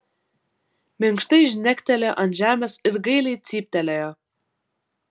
minkštai žnektelėjo ant žemės ir gailiai cyptelėjo